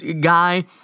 guy